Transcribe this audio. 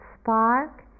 spark